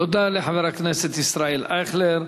תודה לחבר הכנסת ישראל אייכלר.